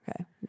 Okay